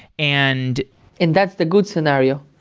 and and that's the good scenario.